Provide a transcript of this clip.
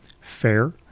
fair